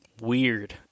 Weird